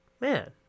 man